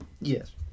Yes